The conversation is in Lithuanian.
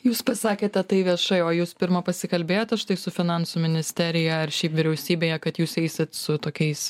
jūs pasakėte tai viešai o jūs pirma pasikalbėjote štai su finansų ministerija ar šiaip vyriausybėje kad jūs eisit su tokiais